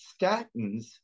statins